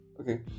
Okay